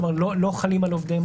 כלומר, התו הירוק לא חל על עובדיהם?